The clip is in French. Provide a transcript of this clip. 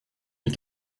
mes